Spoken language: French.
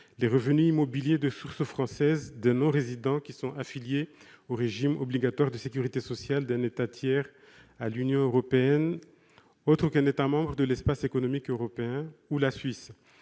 les revenus immobiliers de source française de nos résidents affiliés au régime obligatoire de sécurité sociale d'un État tiers à l'Union européenne autre qu'un État membre de l'Espace économique européen ou de la Suisse.